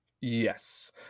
Yes